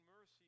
mercy